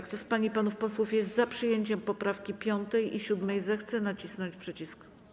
Kto z pań i panów posłów jest za przyjęciem poprawki 5. i 7., zechce nacisnąć przycisk.